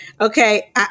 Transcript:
Okay